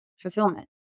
fulfillment